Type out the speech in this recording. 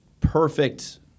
perfect